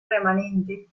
remanentes